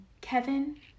Kevin